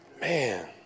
Man